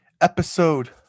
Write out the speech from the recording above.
episode